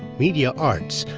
media arts,